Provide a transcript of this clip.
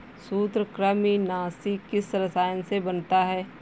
सूत्रकृमिनाशी किस रसायन से बनता है?